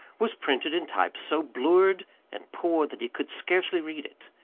was printed in type so blurred and poor that he could scarcely read it.